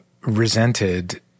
resented